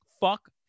Fuck